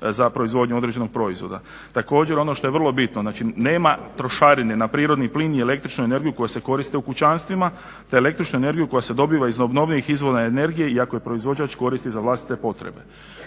za proizvodnju određenog proizvoda. Također ono što je vrlo bitno, znači nema trošarine na prirodni plin i električnu energiju koja se koriste u kućanstvima te električnu energiju koja se dobiva iz obnovljivih izvora energije i ako je proizvođač koristi za vlastite potrebe.